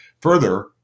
Further